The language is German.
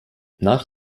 nach